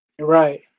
Right